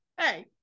hey